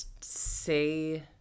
say